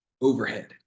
overhead